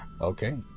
okay